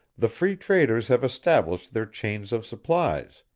the free traders have established their chains of supplies,